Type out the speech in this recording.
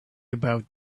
about